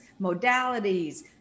modalities